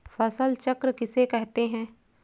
फसल चक्र किसे कहते हैं?